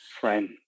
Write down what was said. Friend